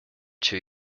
two